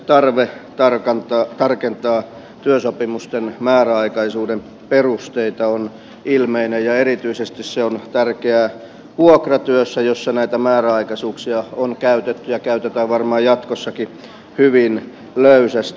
tarve tarkentaa työsopimusten määräaikaisuuden perusteita on ilmeinen ja erityisesti se on tärkeää vuokratyössä jossa näitä määräaikaisuuksia on käytetty ja käytetään varmaan jatkossakin hyvin löysästi